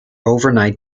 overnight